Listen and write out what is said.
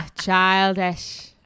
Childish